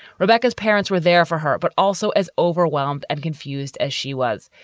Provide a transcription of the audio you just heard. rebecca's parents were there for her. but also as overwhelmed and confused as she was.